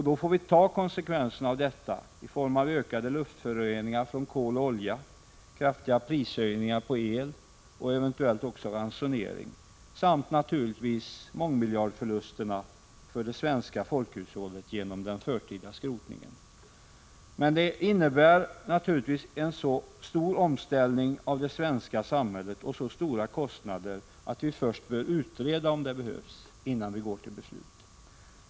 Då får vi ta konsekvenserna av detta i form av ökade luftföroreningar från användningen av kol och olja, kraftiga prishöjningar på el och eventuellt också ransonering samt mångmiljardförluster för det svenska folkhushållet genom den förtida skrotningen. Men att stänga kärnkraftverken innebär naturligtvis en så stor omställning av det svenska samhället och så stora kostnader att vi först bör utreda om det behövs, innan vi går till beslut.